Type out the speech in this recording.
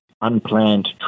unplanned